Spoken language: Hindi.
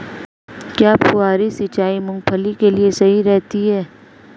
क्या फुहारा सिंचाई मूंगफली के लिए सही रहती है?